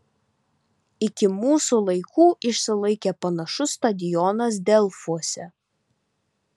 iki mūsų laikų išsilaikė panašus stadionas delfuose